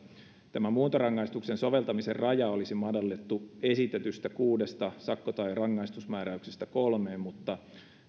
muuntorangaistuksen soveltamisen raja olisi madallettu esitetystä kuudesta sakko tai rangaistusmääräyksestä kolmeen mutta